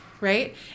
right